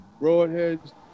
Broadheads